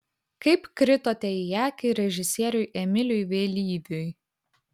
kaip kritote į akį režisieriui emiliui vėlyviui